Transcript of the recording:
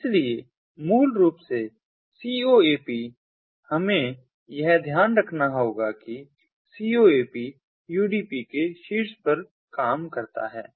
इसलिए मूल रूप से CoAP हमें यह ध्यान रखना होगा कि CoAP UDP के शीर्ष पर काम करता है